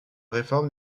réforme